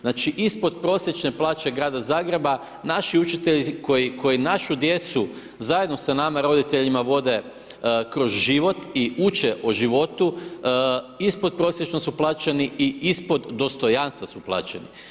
Znači ispodprosječne plaće grada Zagreba naši učitelji koji našu djecu zajedno sa nama roditeljima vode kroz život i uče o životu ispodprosječno su plaćeni i ispod dostojanstva su plaćeni.